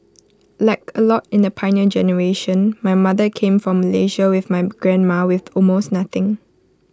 like A lot in the Pioneer Generation my mother came from Malaysia with my grandma with almost nothing